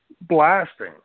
Blasting